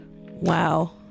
Wow